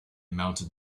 mounted